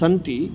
सन्ति